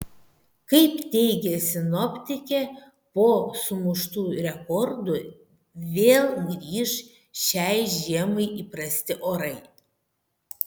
kaip teigia sinoptikė po sumuštų rekordų vėl grįš šiai žiemai įprasti orai